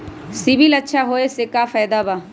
CIBIL अच्छा होऐ से का फायदा बा?